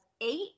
eight